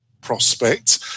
prospect